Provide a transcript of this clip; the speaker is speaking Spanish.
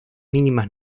mínimas